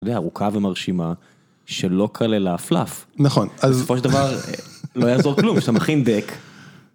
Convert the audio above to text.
יודע, ארוכה ומרשימה שלא כללה פלאף. נכון, אז... בסופו של דבר לא יעזור כלום, כשאתה מכין דק.